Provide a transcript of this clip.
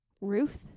Ruth